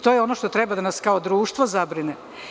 To je ono što treba da nas kao društvo zabrine.